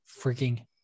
freaking